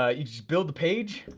ah you just build the page,